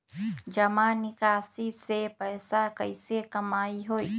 जमा निकासी से पैसा कईसे कमाई होई?